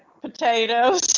potatoes